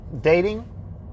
dating